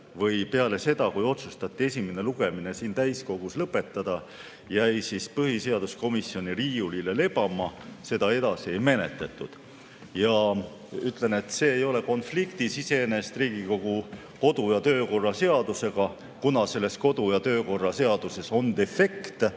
või peale seda, kui otsustati esimene lugemine siin täiskogus lõpetada, põhiseaduskomisjoni riiulile lebama, seda edasi ei menetletud. Ütlen, et see ei ole konfliktis iseenesest Riigikogu kodu‑ ja töökorra seadusega, kuna kodu‑ ja töökorra seaduses on defekt,